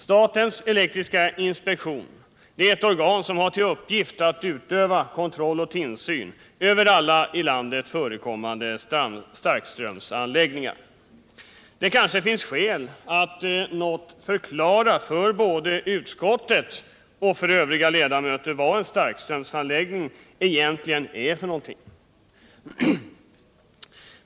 Statens elektriska inspektion är ett organ som har till uppgift att utöva kontroll och tillsyn över alla i landet förekommande starkströmsanläggningar. Det kanske finns skäl att något förklara för både utskottet och övriga ledamöter vad en starkströmsanläggning egentligen är.